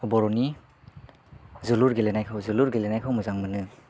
बर'नि जोलुर गेलेनाय जोलुर गेलेनायखौ मोजां मोनो